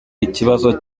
ikibazo